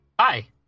hi